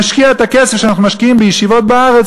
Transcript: נשקיע את הכסף שאנחנו משקיעים בישיבות בארץ